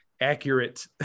accurate